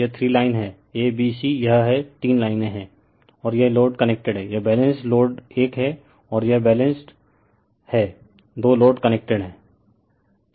तो यह three line है a b c यह है तीन लाइनें हैं और यह लोड कनेक्टेड है यह बैलेंस्ड लोड 1 है और यह बैलेंस्ड है 2 लोड कनेक्टेड हैं